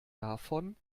davon